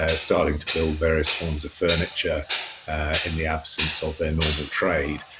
ah starting to build various forms of furniture in the absence of their normal trade.